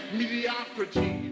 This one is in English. mediocrity